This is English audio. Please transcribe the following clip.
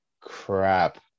crap